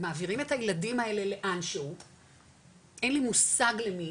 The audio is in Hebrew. מעבירים את הילדים האלה לאן שהוא אין לי מושג למי,